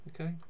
okay